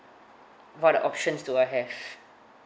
what options do I have